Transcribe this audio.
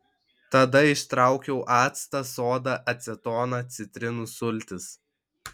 tada ištraukiau actą sodą acetoną citrinų sultis